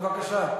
בבקשה.